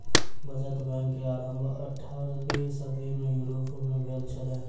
बचत बैंक के आरम्भ अट्ठारवीं सदी में यूरोप में भेल छल